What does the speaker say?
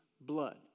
blood